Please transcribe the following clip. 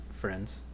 friends